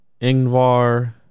Ingvar